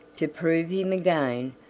to prove him again,